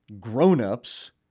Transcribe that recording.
grown-ups